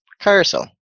carousel